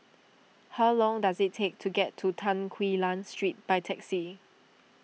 how long does it take to get to Tan Quee Lan Street by taxi